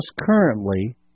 currently